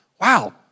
wow